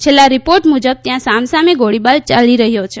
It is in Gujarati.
છેલ્લા રીપોર્ટ મુજબ ત્યાં સામસામે ગોળીબાર ચાલી રહ્યો છે